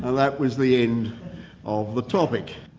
that was the end of the topic.